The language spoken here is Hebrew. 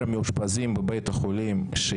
אפשר גם בלי שר,